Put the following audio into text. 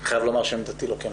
אני חייב לומר שעמדתי לא כעמדתכם.